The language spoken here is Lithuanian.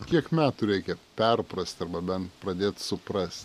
kiek metų reikia perprast arba bent pradėt suprast